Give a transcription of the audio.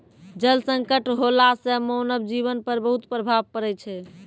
जल संकट होला सें मानव जीवन पर बहुत प्रभाव पड़ै छै